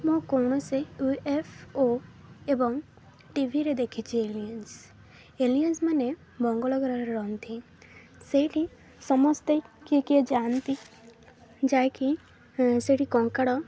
ମୁଁ କୌଣସି U F O ଏବଂ ଟିଭିରେ ଦେଖିଛି ଏଲିଏନ୍ସ ଏଲିଏନ୍ସ ମାନେ ମଙ୍ଗଳଗ୍ରରେ ରହନ୍ତି ସେଇଠି ସମସ୍ତେ କିଏ କିଏ ଯାଆନ୍ତି ଯାଇକି ସେଇଠି କଙ୍କାଳ